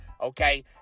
okay